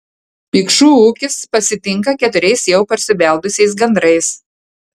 pikšų ūkis pasitinka keturiais jau parsibeldusiais gandrais